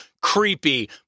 creepy